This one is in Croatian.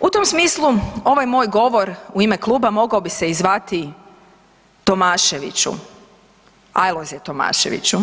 U tom smislu ovaj moj govor u ime kluba mogao bi se i zvati Tomaševiću, Alojzije Tomaševiću,